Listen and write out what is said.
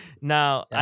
Now